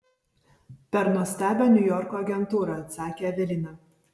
per nuostabią niujorko agentūrą atsakė evelina